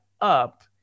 up